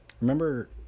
remember